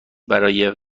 برای